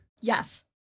Yes